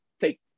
take